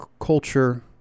culture